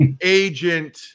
agent